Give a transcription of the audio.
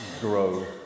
grow